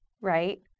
right